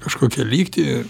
kažkokią lygtį